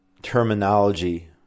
terminology